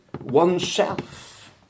oneself